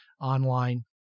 online